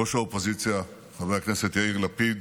ראש האופוזיציה חבר הכנסת יאיר לפיד,